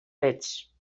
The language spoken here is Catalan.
fets